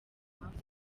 mpamvu